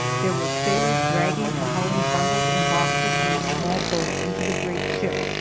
there were sailors dragging and hauling bundles and boxes from the small boat into the great ship,